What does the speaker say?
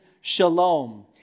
shalom